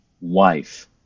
wife